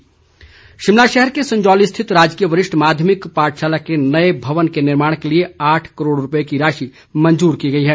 सुरेश भारद्वाज शिमला शहर के संजौली स्थित राजकीय वरिष्ठ माध्यमिक पाठशाला के नए भवन के निर्माण के लिए आठ करोड़ रुपए की राशि मंजूर की गई है